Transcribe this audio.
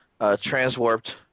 Transwarped